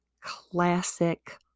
classic